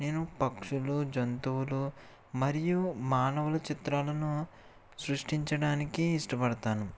నేను పక్షులు జంతువులు మరియు మానవుల చిత్రాలను సృష్టించడానికి ఇష్టపడతాను